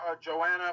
Joanna